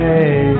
Hey